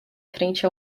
frente